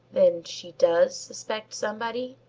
then she does suspect somebody?